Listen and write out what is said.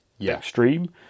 extreme